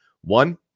One